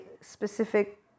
specific